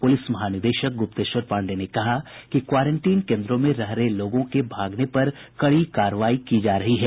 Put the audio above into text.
police महानिदेशक गुप्तेश्वर पांडेय ने कहा कि क्वारेंटीन केन्द्रों में रह रहे लोगों के भागने पर कड़ी कार्रवाई की जा रही है